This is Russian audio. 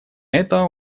это